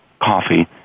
coffee